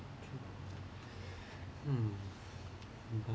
mm mmhmm